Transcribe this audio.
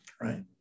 right